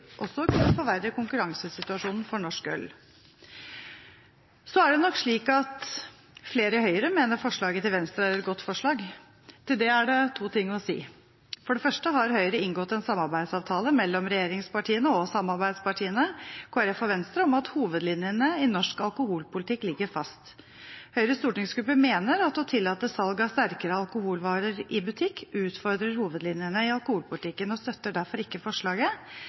kunne forverre konkurransesituasjonen for norsk øl. Så er det nok slik at flere i Høyre mener forslaget fra Venstre er et godt forslag. Til det er det to ting å si: For det første har Høyre inngått en samarbeidsavtale – mellom regjeringspartiene og samarbeidspartiene, Kristelig Folkeparti og Venstre – om at hovedlinjene i norsk alkoholpolitikk ligger fast. Høyres stortingsgruppe mener at å tillate salg av sterkere alkoholvarer i butikk utfordrer hovedlinjene i alkoholpolitikken, og støtter derfor ikke forslaget,